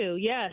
yes